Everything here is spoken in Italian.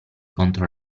contro